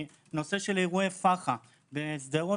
בנושא של אירועי פח"ע בשדרות,